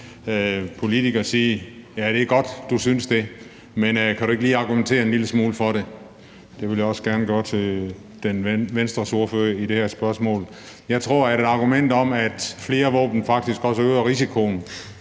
politiker have sagt: Ja, det er godt, du synes det, men kan du ikke lige argumentere en lille smule for det? Det vil jeg også gerne gøre til Venstres ordfører i det her spørgsmål. Jeg tror, at argumentet om, at flere våben faktisk også øger risikoen